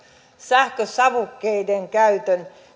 sähkösavukkeiden käytön